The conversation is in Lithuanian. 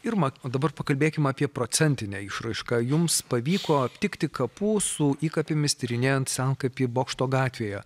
irma o dabar pakalbėkim apie procentinę išraišką jums pavyko aptikti kapų su įkapėmis tyrinėjant senkapį bokšto gatvėje